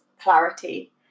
clarity